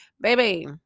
baby